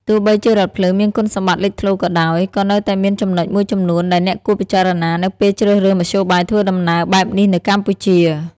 ទោះបីជារថភ្លើងមានគុណសម្បត្តិលេចធ្លោក៏ដោយ ក៏នៅតែមានចំណុចមួយចំនួនដែលអ្នកគួរពិចារណានៅពេលជ្រើសរើសមធ្យោបាយធ្វើដំណើរបែបនេះនៅកម្ពុជា។